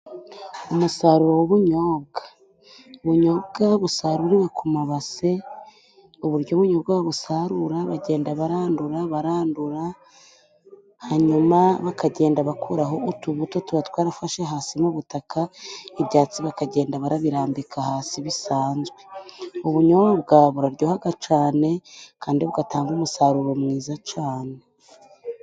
Umusaruro w'ubunyobwa, ubunyobwa busaruririwe ku mabase. Uburyo ubunyobwa babusarura bagenda barandura, barandura hanyuma bakagenda bakuraho utubuto tuba twarafashe hasi mu butaka, ibyatsi bakagenda barabirambika hasi bisanzwe. Ubunyobwa buraryohaga cane, kandi bugatanga umusaruro mwiza cane.